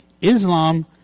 Islam